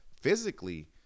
physically